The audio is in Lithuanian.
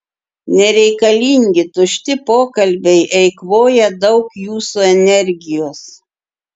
nereikalingi tušti pokalbiai eikvoja daug jūsų energijos